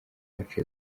wacu